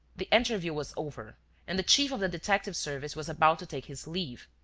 the interview was over and the chief of the detective service was about to take his leave,